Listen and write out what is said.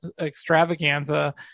extravaganza